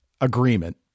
agreement